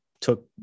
took